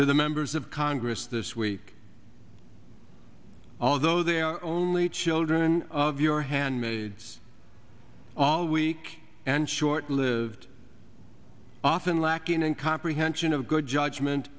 to the members of congress this week although they are only children of your handmaids all weak and short lived often lacking in comprehension of good judgment